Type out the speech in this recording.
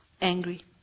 angry